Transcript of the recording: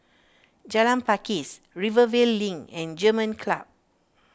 Jalan Pakis Rivervale Link and German Club